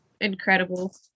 incredible